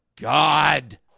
God